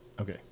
Okay